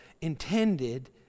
intended